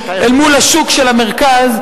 אל מול השוק של המרכז,